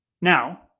Now